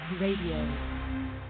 Radio